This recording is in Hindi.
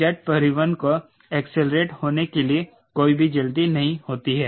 जेट परिवहन को एक्सेलेरेट होने के लिए कोई भी जल्दी नहीं होती है